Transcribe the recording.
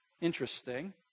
Interesting